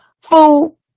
Fool